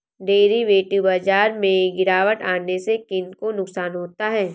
Derivative बाजार में गिरावट आने से किन को नुकसान होता है?